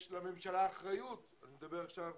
יש לממשלה אחריות, ואני מדבר עכשיו